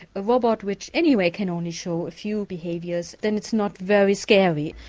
a robot which anyway can only show a few behaviours, then it's not very scary.